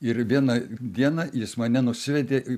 ir vieną dieną jis mane nusivedė į